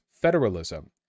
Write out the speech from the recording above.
federalism